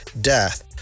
death